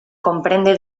comprende